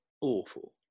awful